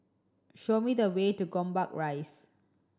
show me the way to Gombak Rise